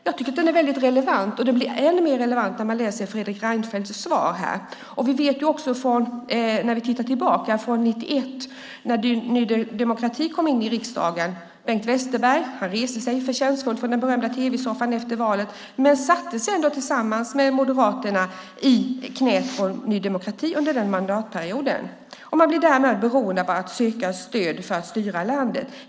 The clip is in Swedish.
Jag tycker att frågan är väldigt relevant, och den blir ännu mer relevant när man läser Fredrik Reinfeldts svar här. Vi kan gå tillbaka till 1991 då Ny demokrati kom in i riksdagen. Bengt Westerberg reste sig, förtjänstfullt, från den berömda tv-soffan efter valet men satt sedan tillsammans med Moderaterna i knäet på Ny demokrati under den mandatperioden. Man blev därmed beroende av att söka stöd för att styra landet.